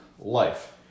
life